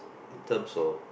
in terms of